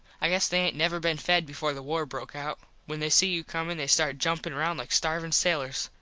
i guess they aint never been fed before the war broke out. when they see you comin they start jumpin round like starvin sailurs.